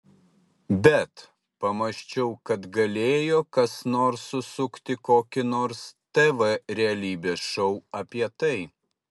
bet pamąsčiau kad galėjo kas nors susukti kokį nors tv realybės šou apie tai